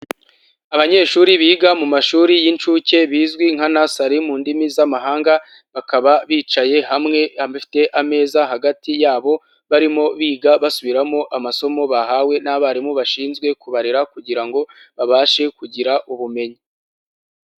Abanyeshuri biga mu mashuri y'inshuke bizwi nka nursary mu ndimi z'amahanga, bakaba bicaye hamwe bafite ameza hagati yabo, barimo biga basubiramo amasomo bahawe n'abarimu bashinzwe kubarera kugira ngo babashe kugira ubumenyi.